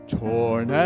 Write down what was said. torn